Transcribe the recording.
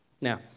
Now